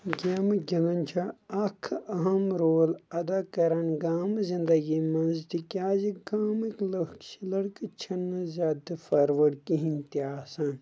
گیمہٕ گِنٛدٕنۍ چھےٚ اکھ اہم رول ادا کران گامہٕ زندگی منٛز تِکیٛازِ گامٕکۍ لُکھ چھِ لڈکہٕ چھنہٕ زیادٕ فاروٲڈ کہیٖنۍ تہِ آسان